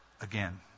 again